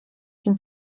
kim